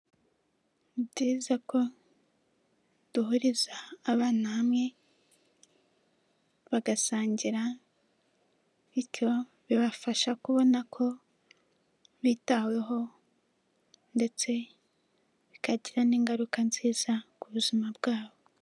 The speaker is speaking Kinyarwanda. Ni byiza ko duhuriza abana hamwe bagasangira bityo bibafasha kubona ko bitaweho ndetse bikagira n'ingaruka nziza ku buzima bwabo.